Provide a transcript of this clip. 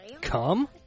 Come